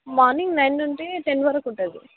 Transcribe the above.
morning nine నుండి ten వరకు ఉంటుంది